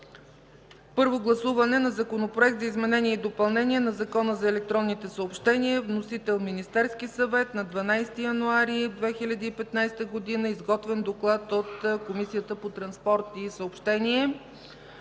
Първо гласуване на Законопроекта за изменение и допълнение на Закона за електронните съобщения. Вносител е Министерският съвет на 12 януари 2015 г. Има изготвен доклад от Комисията по транспорт и съобщения.